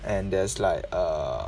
and there's like um